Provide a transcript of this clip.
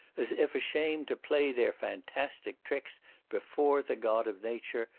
as if ashamed to play their fantastic tricks before the god of nature,